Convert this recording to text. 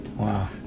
Wow